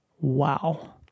Wow